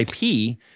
IP